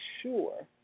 sure